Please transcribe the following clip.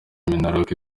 minaloc